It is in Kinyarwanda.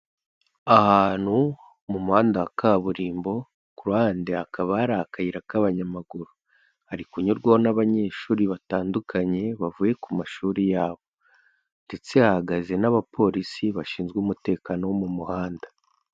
Ahantu mu muhanda wa kaburimbo, ku ruhande hakaba hari akayira k'abanyamaguru, hari kunyurwaho n'abanyeshuri batandukanye bavuye ku mashuri yabo ndetse hahagaze n'Abapolisi bashinzwe umutekano wo mu muhanda.